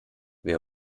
wer